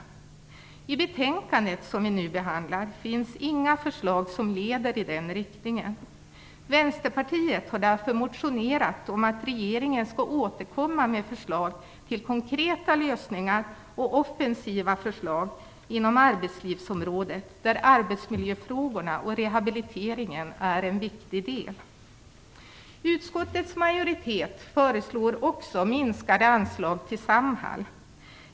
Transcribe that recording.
I det betänkande som vi nu behandlar finns inga förslag som leder i den riktningen. Vänsterpartiet har därför motionerat om att regeringen skall återkomma med förslag till konkreta lösningar och med offensiva förslag inom arbetslivsområdet, där arbetsmiljöfrågorna och rehabiliteringen är en viktig del. Utskottets majoritet föreslår också minskade anslag till Samhall.